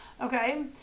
Okay